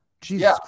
jesus